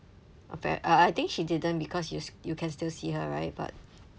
appa~ uh I think she didn't because you you can still see her right but